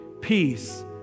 peace